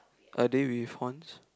are they with horns